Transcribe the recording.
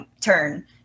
turn